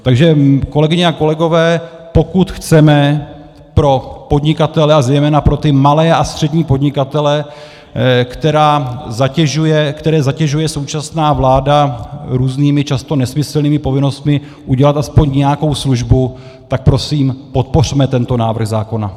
Takže kolegyně a kolegové, pokud chceme pro podnikatele, a zejména pro ty malé a střední podnikatele, které zatěžuje současná vláda různými, často nesmyslnými povinnostmi, udělat aspoň nějakou službu, tak prosím, podpořme tento návrh zákona.